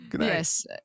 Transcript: Yes